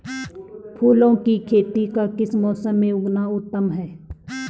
फूलों की खेती का किस मौसम में उगना उत्तम है?